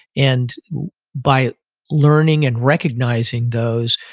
and by learning and recognizing those,